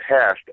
past